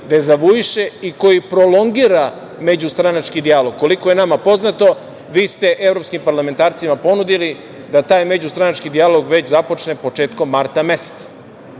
dezavuiše i koji prolongira međustranački dijalog. Koliko je nama poznato, vi ste evropskim parlamentarcima ponudili da taj međustranački dijalog već započne početkom marta meseca. Pa,